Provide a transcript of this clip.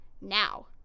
Now